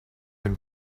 been